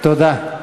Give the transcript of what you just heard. תודה.